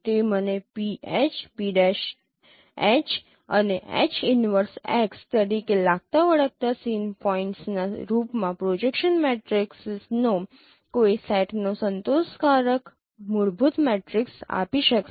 તે મને PH P'H અને H 1X તરીકે લાગતા વળગતા સીન પોઇન્ટ્સના રૂપમાં પ્રોજેક્શન મેટ્રિસીસનો કોઈ સેટનો સંતોષકારક મૂળભૂત મેટ્રિક્સ આપી શકશે